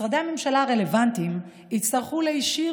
משרדי הממשלה הרלוונטיים יצטרכו להישיר